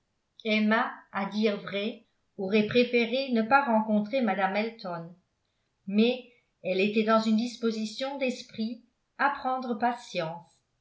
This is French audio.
emma à dire vrai aurait préféré ne pas rencontrer mme elton mais elle était dans une disposition d'esprit à prendre patience